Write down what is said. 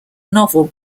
novel